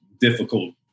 difficult